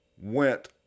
went